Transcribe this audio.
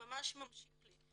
ממש ממשיך לי.